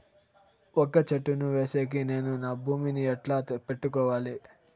వక్క చెట్టును వేసేకి నేను నా భూమి ని ఎట్లా పెట్టుకోవాలి?